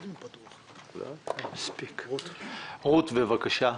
רות, בבקשה.